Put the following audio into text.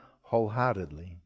wholeheartedly